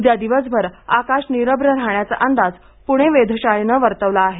उद्या दिवसभर आकाश निरभ्र राहाण्याचा अंदाज पणे वेधशाळेने वर्तवला आहे